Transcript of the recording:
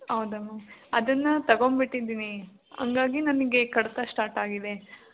ಹೌದಾ ಮಾಮ್ ಅದನ್ನು ತೊಗೊಂಬಿಟ್ಟಿದ್ದೀನಿ ಹಾಗಾಗಿ ನನಗೆ ಕಡಿತ ಸ್ಟಾರ್ಟಾಗಿದೆ